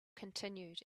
continued